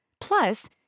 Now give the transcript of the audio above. Plus